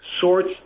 sorts